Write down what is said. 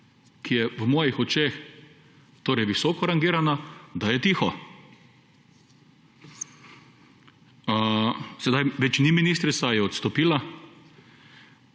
ki je v mojih očeh torej visoko rangirana, da je tiho. Sedaj ni več ministrica je odstopila.